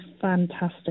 fantastic